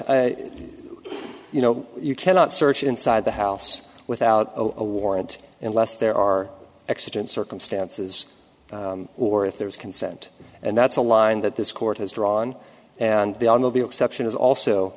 so you know you cannot search inside the house without a warrant unless there are exigent circumstances or if there is consent and that's a line that this court has drawn and they are not be exception is also